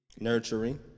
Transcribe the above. nurturing